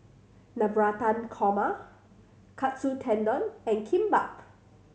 Navratan Korma Katsu Tendon and Kimbap